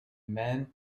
men